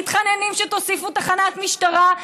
מתחננים שתוסיפו תחנת משטרה,